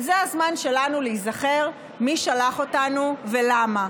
זה הזמן שלנו להיזכר מי שלח אותנו ולמה.